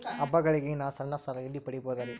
ಹಬ್ಬಗಳಿಗಾಗಿ ನಾ ಸಣ್ಣ ಸಾಲ ಎಲ್ಲಿ ಪಡಿಬೋದರಿ?